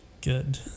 Good